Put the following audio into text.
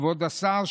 כבוד השר,